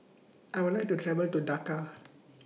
I Would like to travel to Dhaka